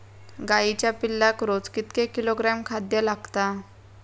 गाईच्या पिल्लाक रोज कितके किलोग्रॅम खाद्य लागता?